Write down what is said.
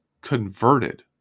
converted